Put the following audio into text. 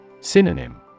Synonym